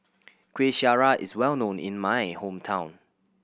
Kueh Syara is well known in my hometown